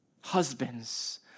Husbands